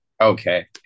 okay